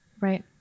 right